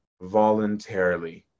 voluntarily